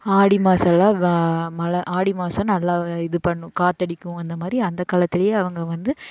ஆடி மாதெல்லாம் மழை ஆடி மாதம் நல்லா இது பண்ணும் காற்றடிக்கும் இந்த மாதிரி அந்த காலத்துலேயே அவங்க வந்து